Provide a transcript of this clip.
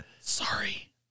Sorry